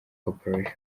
corporation